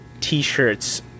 t-shirts